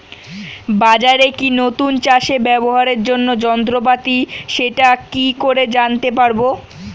বাজারে কি নতুন চাষে ব্যবহারের জন্য যন্ত্রপাতি সেটা কি করে জানতে পারব?